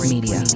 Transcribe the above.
Media